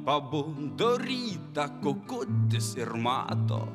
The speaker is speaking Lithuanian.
pabudo rytą kukutis ir mato